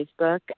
Facebook